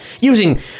using